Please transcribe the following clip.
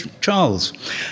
Charles